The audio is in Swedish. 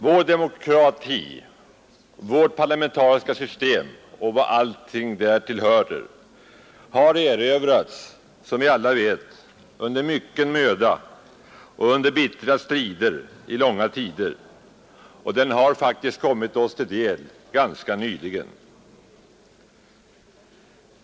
Vår demokrati, vårt parlamentariska system och allt vad därtill hör har erövrats, som vi alla vet, med mycken möda och under bittra strider i långa tider, och de har faktiskt kommit oss till del ganska nyligen.